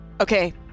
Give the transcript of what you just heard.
Okay